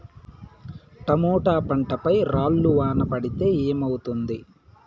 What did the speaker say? Tomato పంట పై రాళ్లు వాన పడితే ఏమవుతుంది?